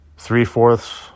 three-fourths